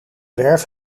werf